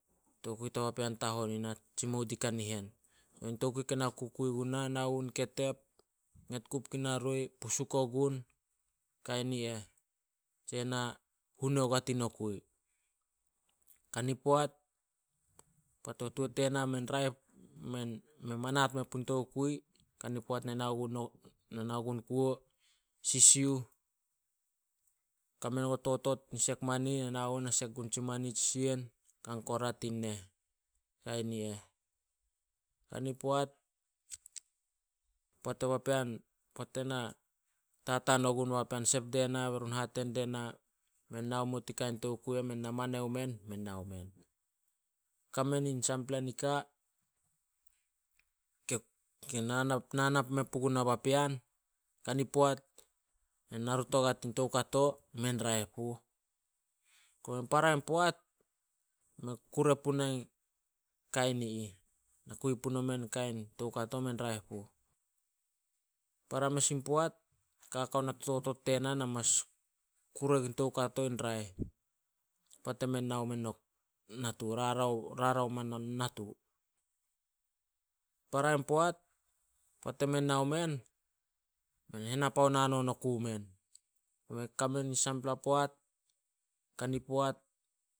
Tokiu to papaen tahon, na tsimou di kanihen. Tokui ke na kukui guna, nau gun ketep, nget kup gun na roi, pusuk oguk, kain i eh. Tse na hune ogua tin nokui. Kani poat, poat o tuotena mei mei manat men pui tokui, kani poat na nao gun kuo, sisiuh, kame no totot tin sek mani, ne nao gun tsi mani, tsi sien kan kora tin neh. Kain i eh. Kani paot- poat ena tataon ogun bao papean sep die na be run hate die na men nao men nao muo tin kain tokui eh, men na mane omen, men nao men. Kame min sampla nika ke- ke nana- nana me puna papean. Kani poat ne na ruut ogua tin toukato mei a raeh puh. Kobai para in poat, mei kure puna kain i ih. Na kui puno meh kain toukato mei an raeh puh. Para mes in paot, kakao na totot tena ne mas kure gun toukato in raeh, poat emen nao men natu, rarao- rarao oma natu. Para in poat, poat emen nao men, men henapaon hanon oku men. Kame nin sampla poat, kani poat